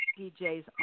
DJs